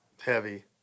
heavy